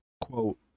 quote